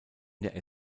der